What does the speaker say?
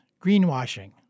greenwashing